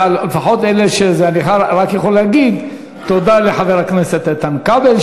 אני רק יכול להגיד תודה לחבר הכנסת איתן כבל,